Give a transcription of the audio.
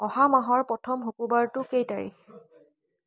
অহা মাহৰ প্ৰথম শুকুৰবাৰটো কেই তাৰিখ